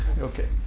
Okay